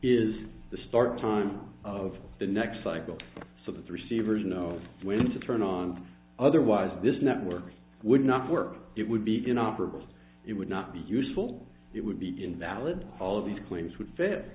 the start time of the next cycle so that the receivers know when to turn on otherwise this network would not work it would be inoperable it would not be useful it would be invalid all of these claims would fit